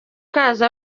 kazo